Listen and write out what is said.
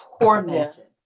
tormented